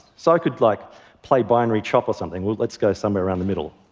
so i could like play binary chop or something. let's go somewhere around the middle.